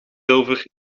zilver